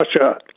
Russia